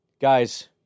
Guys